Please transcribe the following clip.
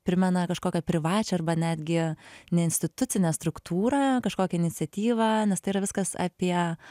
primena kažkokią privačią arba netgi ne institucinę struktūrą kažkokią iniciatyvą nes tai yra viskas apie